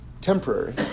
temporary